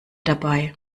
dabei